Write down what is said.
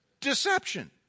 deception